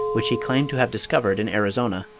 which he claimed to have discovered in arizona.